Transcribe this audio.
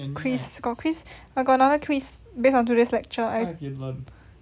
got quiz got quiz got another quiz based on today's lecture